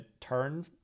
turn